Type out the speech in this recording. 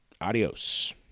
Adios